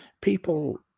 people